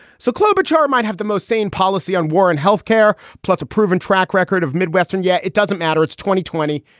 so kilobyte cha might have the most sane policy on war and health care, plus a proven track record of midwestern. yeah. it doesn't matter. it's twenty twenty.